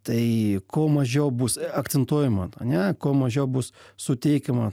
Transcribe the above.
tai kuo mažiau bus akcentuojama ane kuo mažiau bus suteikiama